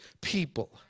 people